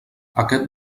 aquest